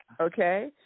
Okay